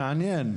מעניין,